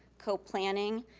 co-planning,